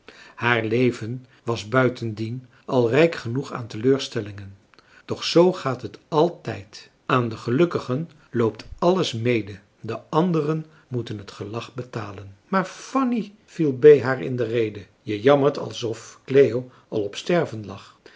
haar leven was buitendien al rijk genoeg aan teleurstellingen doch zoo gaat het altijd aan de gelukkigen loopt alles mede de anderen moeten het gelag betalen maar fanny viel bee haar in de rede je jammert alsof cleo al op sterven lag